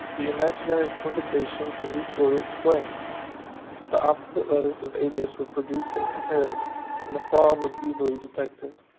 the imaginary provocations were mutually explained the opposite letters of aetius were produced and compared and the fraud was easily detected.